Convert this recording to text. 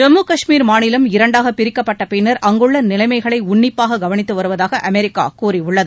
ஜம்மு கஷ்மீர் மாநிலம் இரண்டாகப் பிரிக்கப்பட்ட பின்னர் அங்குள்ள நிலைமைகளை உன்னிப்பாக கவனித்து வருவதாக அமெரிக்கா கூறியுள்ளது